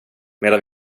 medan